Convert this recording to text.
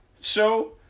show